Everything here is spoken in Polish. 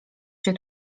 się